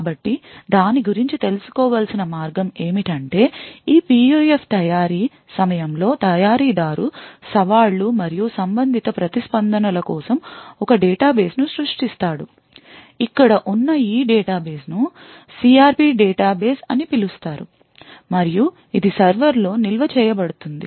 కాబట్టి దాని గురించి తెలుసుకోవలసిన మార్గం ఏమిటంటే ఈ PUF తయారీ సమయంలో తయారీదారు సవాళ్లు మరియు సంబంధిత ప్రతిస్పందనల కోసం ఒక డేటాబేస్ను సృష్టిస్తాడు ఇక్కడ ఉన్న ఈ డేటాబేస్ను CRP డేటాబేస్ అని పిలుస్తారు మరియు ఇది సర్వర్లో నిల్వ చేయబడుతుంది